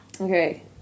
Okay